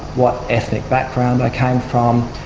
what ethnic background i came from,